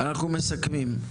אנחנו מסכמים.